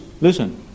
listen